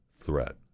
threat